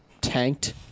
tanked